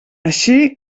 així